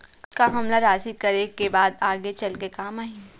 का हमला राशि करे के बाद आगे चल के काम आही?